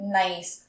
nice